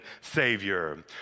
Savior